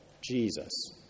Jesus